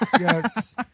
Yes